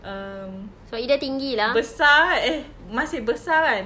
um besar eh masih besar kan